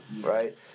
right